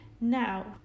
now